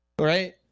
right